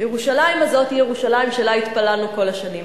וירושלים הזאת היא ירושלים שלה התפללנו כל השנים.